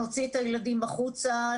נוציא את הילדים החוצה,